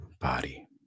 body